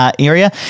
area